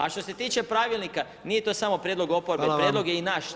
A što se tiče pravilnika, nije to samo prijedlog oporbe, prijedlog je i naš.